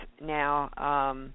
now